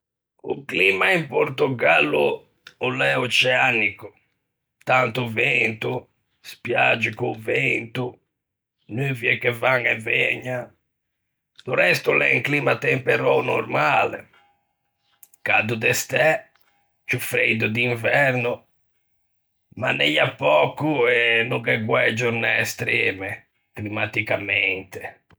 O climma in Portogallo o l'é oceanico, tanto vento, spiage co-o vento, nuvie che van e vëgnan; do resto, o l'é un climma temperou normale, cado de stæ ciù freido d'inverno, ma neia pöco e no gh'é guæi giornæ estreme, climmaticamente.